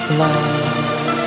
love